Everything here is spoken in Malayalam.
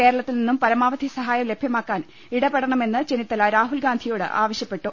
കേന്ദ്രത്തിൽ നിന്നും പരമാ വധി സഹായം ലഭ്യമാക്കാൻ ഇടപെടണമെന്ന് ചെന്നിത്തല രാഹുൽഗാന്ധിയോട് ആവശ്യപ്പെട്ടു